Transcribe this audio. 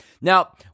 Now